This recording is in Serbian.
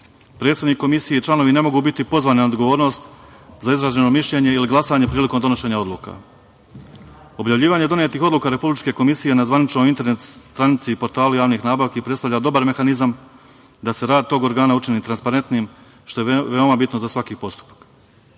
Komisije i članovi ne mogu biti pozvani na odgovornost za izraženo mišljenje ili glasanje prilikom donošenja odluka. Objavljivanje donetih odluka Republičke komisije na zvaničnoj internet stranici i portalu javnih nabavki predstavlja dobar mehanizam da se rad tog organa učini transparentnim, što je veoma bitno za svaki postupak. Poglavlje